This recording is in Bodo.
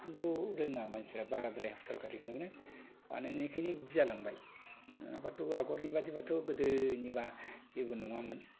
खिन्थु रोङा मानसिफ्रा बाराद्राय हासार गारो बेयावनो बानायनायखायनो बिदि जालांबाय नङाब्लाथ' आवगोलनि बादिब्लाथ' गोदोनिब्ला जेबो नङामोन